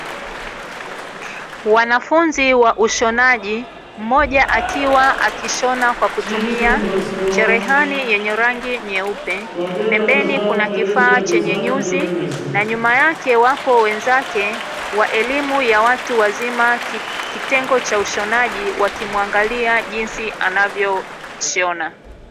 Wanafunzi wa ushonaji, mmoja akiwa akishona kwa kutumia cherehani yenye rangi nyeupe, pembeni kuna kifaa chenye nyuzi, na nyuma yake wapo wenzake, wa elimu ya watu wazima kitengo cha ushonaji wakimwangalia jinsi anavyoshona.